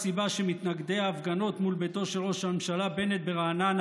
הסיבה שמתנגדי ההפגנות מול ביתו של ראש הממשלה בנט ברעננה